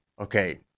Okay